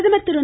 பிரதமர் திரு